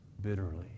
bitterly